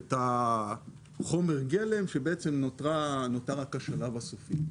את חומר הגלם, שבעצם נותר רק השלב הסופי.